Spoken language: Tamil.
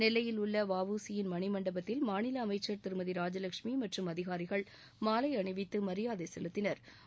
நெல்லையில் உள்ளவஉசி யின் மணிமண்டபத்தில் மாநிலஅமைச்சர் திருமதிராஜலஷ்மிமற்றும் அதிகாரிகள் மாலைஅணிவித்துமரியாதைசெலுத்தினா்